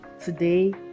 today